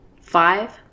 five